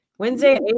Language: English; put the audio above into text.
Wednesday